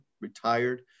retired